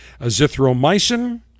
azithromycin